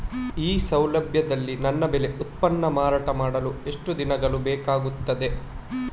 ಈ ಸೌಲಭ್ಯದಲ್ಲಿ ನನ್ನ ಬೆಳೆ ಉತ್ಪನ್ನ ಮಾರಾಟ ಮಾಡಲು ಎಷ್ಟು ದಿನಗಳು ಬೇಕಾಗುತ್ತದೆ?